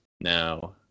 Now